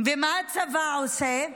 מה הצבא עושה?